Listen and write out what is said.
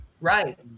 Right